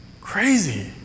Crazy